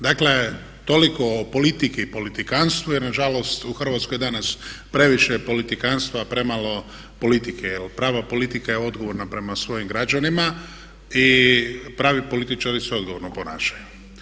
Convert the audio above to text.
Dakle, toliko o politici i politikantstvu jer nažalost u Hrvatskoj danas previše politikantstva a premalo politike jer prava politika je odgovorna prema svojim građanima i pravi političari se odgovorno ponašaju.